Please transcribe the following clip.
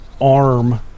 arm